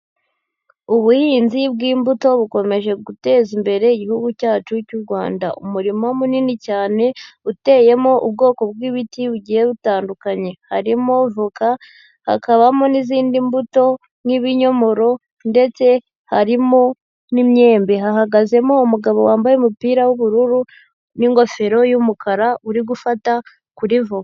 Ubuhinzi bw'imbuto bukomeje guteza imbere igihugu cyacu cy'u Rwanda. Umurima munini cyane uteyemo ubwoko bw'ibiti bugiye butandukanye. Harimo voka, hakabamo n'izindi mbuto nk'ibinyomoro ndetse harimo n'imyembe. Hahagazemo umugabo wambaye umupira w'ubururu n'ingofero y'umukara uri gufata kuri voka.